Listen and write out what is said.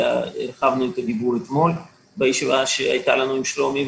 אתמול הרחבנו עליה את הדיבור בישיבה שהייתה לנו עם שלומי.